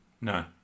No